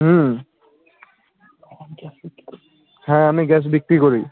হুম হ্যাঁ আমি গ্যাস বিক্রি করি